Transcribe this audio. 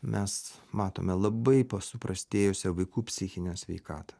mes matome labai pa suprastėjusią vaikų psichinę sveikatą